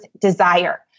desire